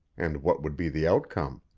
and what would be the outcome.